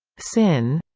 sin?